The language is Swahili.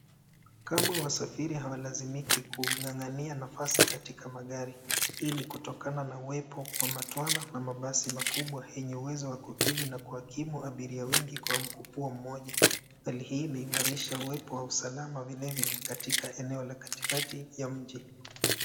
Kama wasafiri hawalazimiki kung'ang'ania nafasi katika magari, hii ni kutokana na uwepo wa matwana na mabasi makubwa yenye uwezo wa kukidhi na kuakimu abiria wengi kwa mkupuo mmoja. Hali hii inaimarisha uwepo wa usalama vilevile katika eneo la katikati ya mji.